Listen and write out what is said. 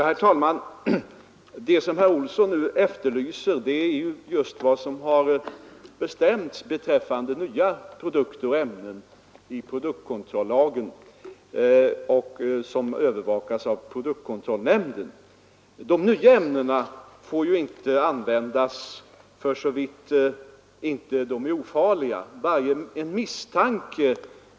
Herr talman! Det som herr Olsson i Stockholm nu efterlyser är just vad som bestäms beträffande nya produkter och ämnen. Dessa bestämmelser finns i produktkontrollagen, och produktkontrollnämnden övervakar att den efterlevs. De nya ämnena får inte användas för så vitt de inte är ofarliga.